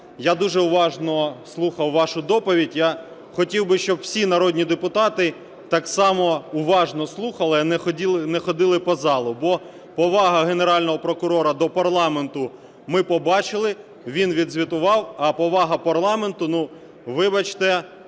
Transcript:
я дуже уважно слухав вашу доповідь. Я хотів би, щоб всі народні депутати так само уважно слухали, а не ходили по залу. Бо повагу Генерального прокурора до парламенту ми побачили, він відзвітував, а повага парламенту, ну вибачте,